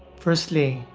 firstly,